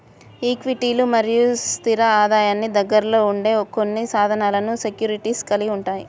ఈక్విటీలు మరియు స్థిర ఆదాయానికి దగ్గరగా ఉండే కొన్ని సాధనాలను సెక్యూరిటీస్ కలిగి ఉంటాయి